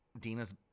Dina's